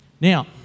Now